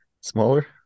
Smaller